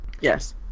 Yes